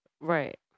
Right